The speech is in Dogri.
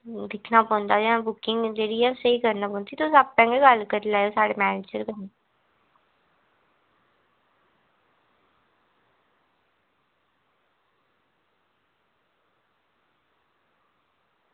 दिक्खना पौंदा ऐ जां बुकिंग जेह्ड़ी ऐ ओह् स्हेई करना पौंदी ते तुस आपें गै गल्ल करी लैएओ साढ़ी मैनेजर होंदे कन्नै